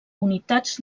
unitats